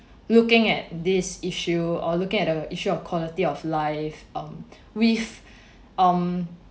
looking at this issue or look at the issue of quality of life um with um